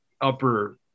upper